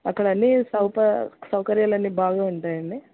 అక్కడ అన్నీ సౌకర్యాలు అన్నీ బాగుంటాయా అండీ